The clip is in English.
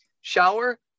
shower